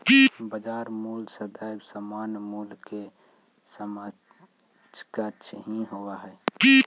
बाजार मूल्य सदैव सामान्य मूल्य के समकक्ष ही होवऽ हइ